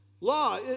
Law